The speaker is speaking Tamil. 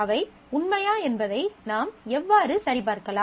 அவை உண்மையா என்பதை நாம் எவ்வாறு சரிபார்க்கலாம்